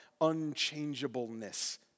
unchangeableness